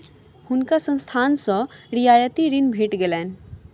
हुनका संस्थान सॅ रियायती ऋण भेट गेलैन